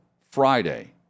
Friday